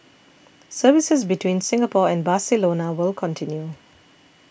services between Singapore and Barcelona will continue